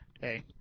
hey